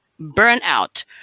burnout